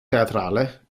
teatrale